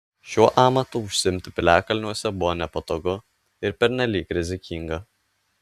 šiuo amatu užsiimti piliakalniuose buvo nepatogu ir pernelyg rizikinga